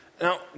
Now